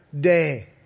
day